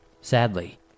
Sadly